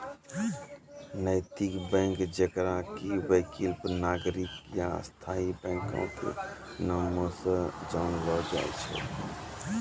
नैतिक बैंक जेकरा कि वैकल्पिक, नागरिक या स्थायी बैंको के नामो से जानलो जाय छै